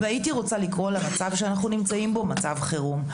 והייתי רוצה לקרוא למצב שאנחנו נמצאים בו מצב חירום.